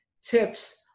tips